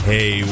Hey